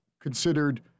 considered